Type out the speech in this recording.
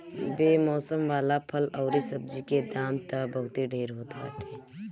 बेमौसम वाला फल अउरी सब्जी के दाम तअ बहुते ढेर होत बाटे